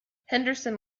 henderson